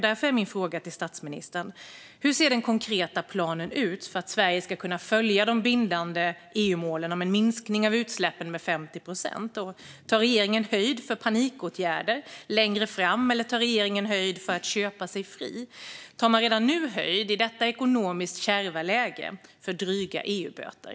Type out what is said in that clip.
Därför är min fråga till statsministern: Hur ser den konkreta planen ut för att Sverige ska kunna följa de bindande EU-målen om en minskning av utsläppen med 50 procent? Tar regeringen höjd för panikåtgärder längre fram, eller tar regeringen höjd för att köpa sig fri? Tar man redan nu, i detta ekonomiskt kärva läge, höjd för dryga EU-böter?